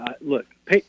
look